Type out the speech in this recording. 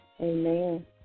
Amen